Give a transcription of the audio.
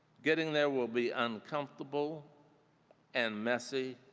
getting there will be uncomfortable and messy